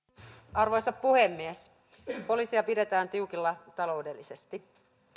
arvoisa puhemies poliisia pidetään tiukilla taloudellisesti